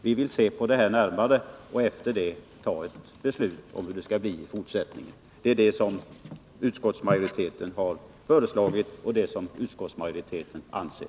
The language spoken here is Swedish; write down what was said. Vi vill se närmare på detta och därefter ta ett beslut om hur det skall bli i fortsättningen. Det är detta som utskottsmajoriteten har föreslagit, och det är detta som utskottsmajoriteten anser.